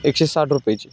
एकशे साठ रुपयांची